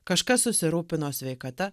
kažkas susirūpino sveikata